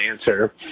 answer